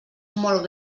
molt